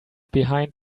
behind